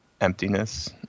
emptiness